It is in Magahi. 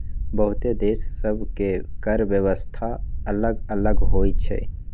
बहुते देश सभ के कर व्यवस्था अल्लग अल्लग होई छै